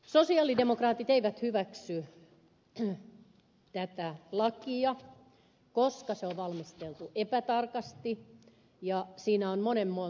sosialidemokraatit eivät hyväksy tätä lakia koska se on valmisteltu epätarkasti ja siinä on monen monta puutetta